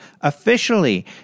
officially